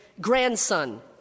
grandson